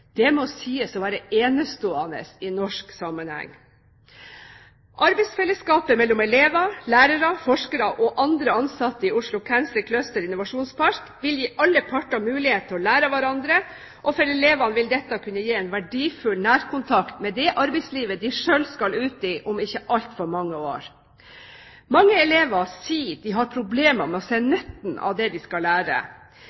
Det må sies å være enestående i norsk sammenheng. Arbeidsfellesskapet mellom elever, lærere, forskere og andre ansatte i Oslo Cancer Cluster Innovasjonspark vil gi alle parter muligheter til å lære av hverandre, og for elevene vil dette kunne gi en verdifull nærkontakt med det arbeidslivet de selv skal ut i om ikke altfor mange år. Mange elever sier de har problemer med å se